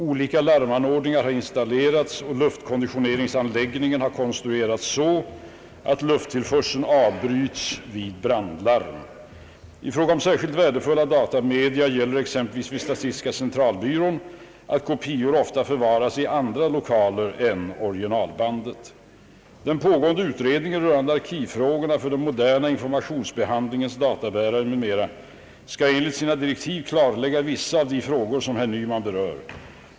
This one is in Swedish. Olika larmanordningar har installerats och luftkonditioneringsanläggningen har konstruerats så att lufttillförseln avbryts vid brandlarm. I fråga om särskilt värdefulla datamedia gäller exempelvis vid statistiska centralbyrån att kopior ofta förvaras i andra lokaler än originalbandet. Den pågående utredningen rörande arkivfrågorna för den moderna informationsbehandlingens databärare m.m. skall enligt sina direktiv klarlägga vissa av de frågor som herr Nyman berör.